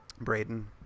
Braden